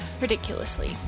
ridiculously